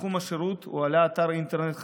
בתחום השירות, הועלה אתר אינטרנט חדש,